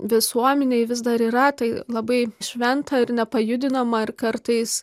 visuomenėj vis dar yra tai labai šventa ir nepajudinama ir kartais